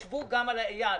אייל,